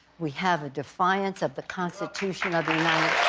we have a defiance of the constitution of the united